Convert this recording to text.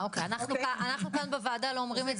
אנחנו כאן בוועדה לא אומרים את זה.